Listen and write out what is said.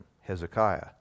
Hezekiah